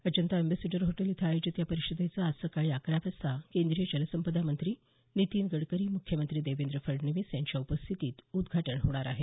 Ajanta ambassador hotel इथं आयोजित या परिषदेचं आज सकाळी अकरा वाजता केंद्रीय जलसंपदा मंत्री नितीन गडकरी मुख्यमंत्री देवेंद्र फडणवीस यांच्या उपस्थितीत उदघाटन होणार आहे